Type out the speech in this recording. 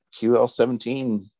QL17